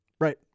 Right